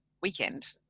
weekend